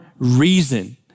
reason